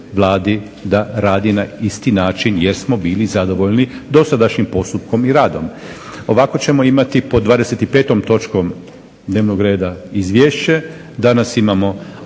da radi na isti način jer smo bili zadovoljni dosadašnjim postupkom i radom. Ovako ćemo imati pod 25. točkom dnevnog reda izvješće,